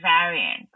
variant